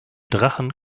drachen